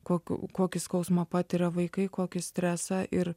kok kokį skausmą patiria vaikai kokį stresą ir